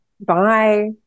Bye